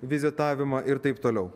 vizitavimą ir taip toliau